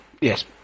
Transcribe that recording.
Yes